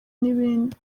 n’ibindi